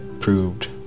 proved